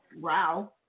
wow